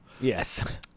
Yes